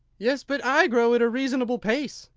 yes, but i grow at a reasonable pace,